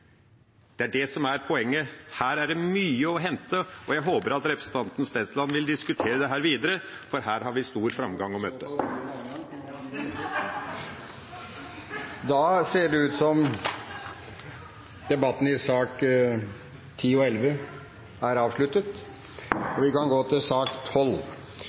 Det er det som er poenget. Her er det mye å hente, og jeg håper at representanten Stensland vil diskutere dette videre, for her … Det må i så fall bli en annen gang, for nå er tiden ute. Flere har ikke bedt om ordet til sakene nr. 10 og 11. Etter ønske fra helse- og